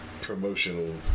promotional